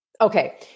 Okay